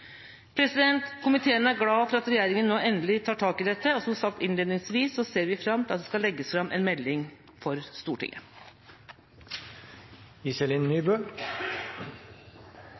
Komiteen er glad for at regjeringa nå endelig tar tak i dette, og som sagt innledningsvis, ser vi fram til at det skal legges fram en melding for